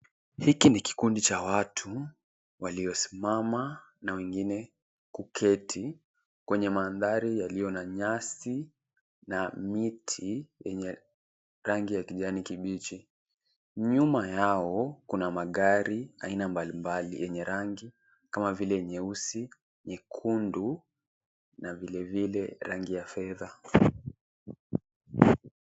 Hiki ni kikundi cha watu waliosimama na wengine kuketi kwenye mandhari yaliyo na nyasi na miti yenye rangi ya kijani kibichi. Nyuma yao kuna magari aina mbalimbali yenye rangi kama vile nyeusi, nyekundu na vile vile rangi ya fedha.